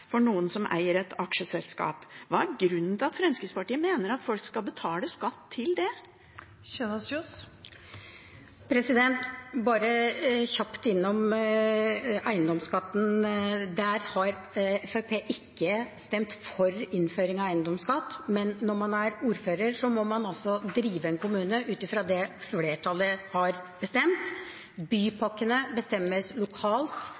for noen som eier et aksjeselskap. Hva er grunnen til at Fremskrittspartiet mener at folk skal betale skatt til det? Bare kjapt innom eiendomsskatten. Fremskrittspartiet har ikke stemt for innføring av eiendomsskatt. Men når man er ordfører, må man drive en kommune ut fra det flertallet har bestemt. Bypakkene bestemmes lokalt,